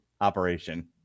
Operation